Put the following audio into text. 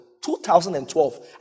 2012